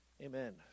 Amen